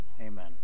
Amen